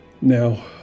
Now